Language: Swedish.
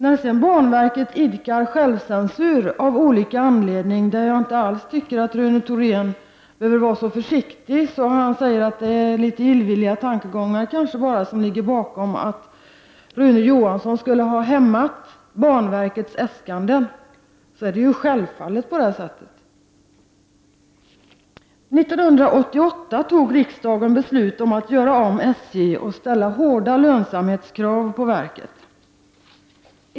När banverket sedan av olika anledningar idkar självcensur, tycker jag inte alls att Rune Thorén behöver vara så försiktig att han säger att det kanske bara är litet illvilliga tankegångar som ligger bakom påståendet att Rune Johansson skulle ha hämmat banverkets äskanden. Naturligtvis är det så. År 1988 fattade riksdagen beslut om att göra om SJ och ställa hårda lönsamhetskrav på verket.